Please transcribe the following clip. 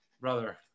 brother